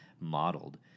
modeled